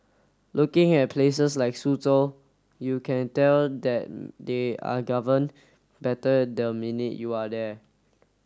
looking at places like Suzhou you can tell that they are governed better the minute you are there